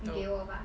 nope